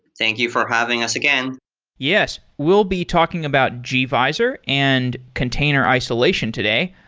thank you for having us again yes. we'll be talking about gvisor and container isolation today.